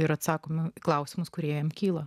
ir atsakoma klausimus kurie kyla